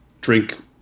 drink